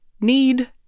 need